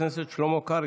חבר הכנסת שלמה קרעי,